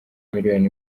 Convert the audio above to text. miliyoni